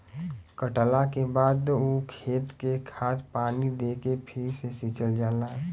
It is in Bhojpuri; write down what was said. कटला के बाद ऊ खेत के खाद पानी दे के फ़िर से सिंचल जाला